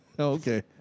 Okay